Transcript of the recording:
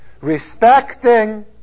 respecting